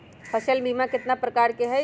फसल बीमा कतना प्रकार के हई?